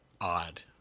odd